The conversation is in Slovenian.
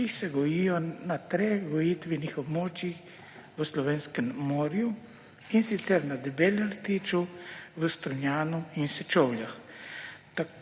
ki se gojijo na treh gojitvenih območjih v slovenskem morju, in sicer na Debelem rtiču, v Strunjanu in Sečovljah.